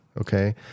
Okay